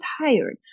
tired